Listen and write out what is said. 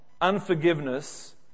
unforgiveness